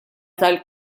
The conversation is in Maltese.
tal